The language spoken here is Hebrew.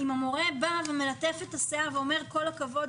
אם המורה מלטף את השיער ואומר: כל הכבוד,